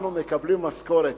אנחנו מקבלים משכורת,